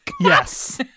Yes